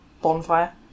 bonfire